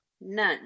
none